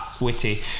witty